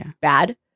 bad